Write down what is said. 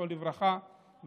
זיכרונו לברכה,